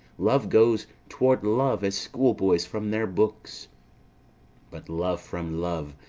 love goes toward love as schoolboys from their books but love from love,